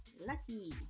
Lucky